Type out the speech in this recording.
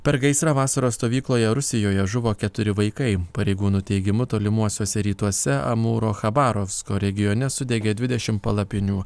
per gaisrą vasaros stovykloje rusijoje žuvo keturi vaikai pareigūnų teigimu tolimuosiuose rytuose amūro chabarovsko regione sudegė dvidešim palapinių